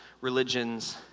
religions